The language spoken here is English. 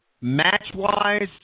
match-wise